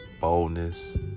boldness